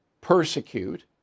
persecute